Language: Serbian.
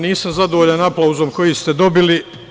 Nisam zadovoljan aplauzom koji ste dobili.